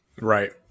Right